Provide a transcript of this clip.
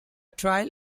trail